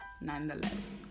nonetheless